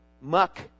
muck